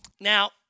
Now